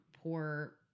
poor